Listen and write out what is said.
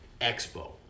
expo